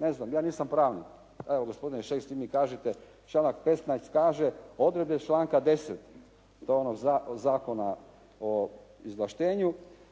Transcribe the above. Ne znam, ja nisam pravnik. Evo gospodine Šeks …/Govornik se ne razumije./… mi kažete, članak 15. kaže odredbe članka 10. da ono Zakona o izvlaštenju